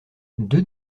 deux